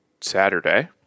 Saturday